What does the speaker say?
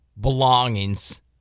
belongings